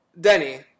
Denny